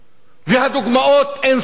והדוגמאות אין-סופיות.